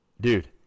dude